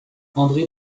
andré